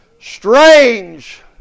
Strange